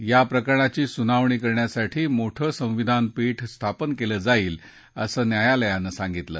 याप्रकरणाची सुनावणी करण्यासाठी मोठं संविधानपीठ स्थापन केलं जाईल असं न्यायालयानं सांगितलं